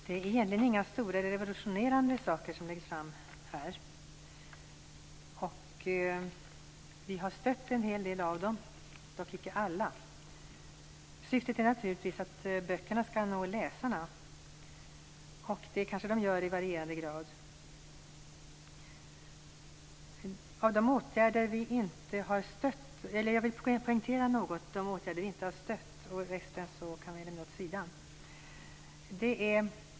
Fru talman! Det är inga stora revolutionerande saker som diskuteras här. Vi har stött en hel av förslagen - dock inte alla. Syftet är naturligtvis att böckerna skall nå läsarna, vilket de gör i varierande grad. Jag vill något poängtera de åtgärder vi inte har stött. Resten kan lämnas åt sidan.